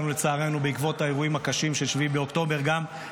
ובעקבות האירועים הקשים של 7 באוקטובר יצא לנו,